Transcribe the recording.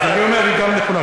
אז אני אומר שהיא גם נכונה.